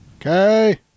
Okay